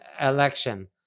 election